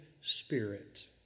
Spirit